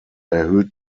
erhöht